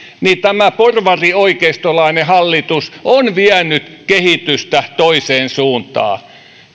tämä porvarioikeistolainen hallitus on vienyt kehitystä toiseen suuntaan